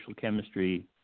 chemistry